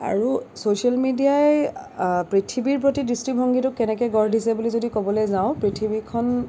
আৰু ছ'চিয়েল মেডিয়াই পৃথিৱীৰ প্ৰতি দৃষ্টি ভংগীটো কেনেকে গঢ় দিছে বুলি যদি ক'বলে যাওঁ পৃথিৱীখন